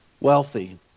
wealthy